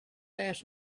ask